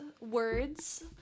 words